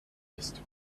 ist